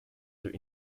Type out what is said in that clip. their